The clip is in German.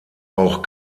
auch